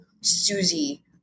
Susie